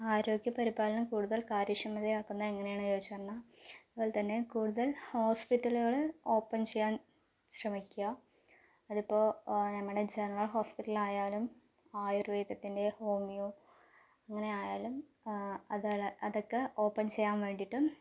ആരോഗ്യപരിപാലനം കൂടുതൽ കാര്യക്ഷമതയാക്കുന്നത് എങ്ങനെയാണെന്ന് ചോദിച്ചറിഞ്ഞാൽ അതുപോലെതന്നെ കൂടുതൽ ഹോസ്പിറ്റലുകൾ ഓപ്പൺ ചെയ്യാൻ ശ്രമിക്കുക അതിപ്പോൾ നമ്മുടെ ജനറൽ ഹോസ്പിറ്റൽ ആയാലും ആയുർ വേദത്തിൻ്റെ ഹോമിയോ അങ്ങനെ ആയാലും അത് ആ അതൊക്കെ ഓപ്പൺ ചെയ്യാൻ വേണ്ടീട്ട്